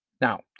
Now